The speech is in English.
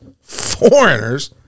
foreigners